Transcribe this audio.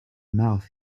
mouth